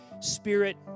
spirit